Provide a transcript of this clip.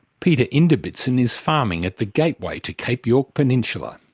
peter inderbitzin is farming at the gateway to cape york peninsula.